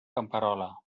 camperola